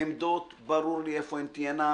עמדות - ברור איפה הן תהיינה